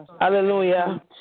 Hallelujah